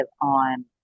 on